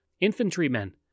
infantrymen